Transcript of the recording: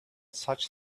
such